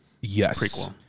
yes